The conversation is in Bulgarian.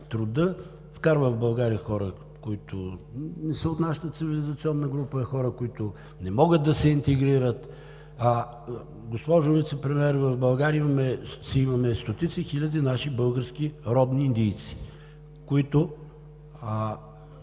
труда, да вкарва в България хора, които не са от нашата цивилизационна група, хора, които не могат да се интегрират. Госпожо Вицепремиер, в България си имаме стотици хиляди наши български родни индийци, на които